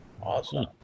Awesome